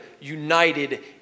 united